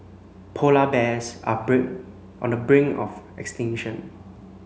polar bears are on the brink of extinction